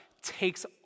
takes